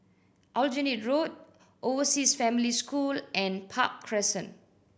Aljunied Road Overseas Family School and Park Crescent